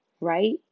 right